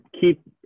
keep